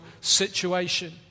situation